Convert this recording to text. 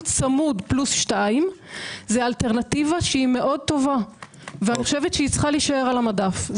צמוד פלוס 2 זה אלטרנטיבה מאוד טובה וחושבת שצריכה להישאר על המדף.